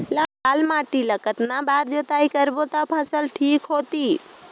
लाल माटी ला कतना बार जुताई करबो ता फसल ठीक होती?